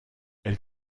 elle